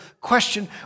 question